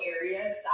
areas